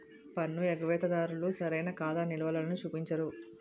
పన్ను ఎగవేత దారులు సరైన ఖాతా నిలవలని చూపించరు